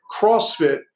CrossFit